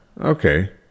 Okay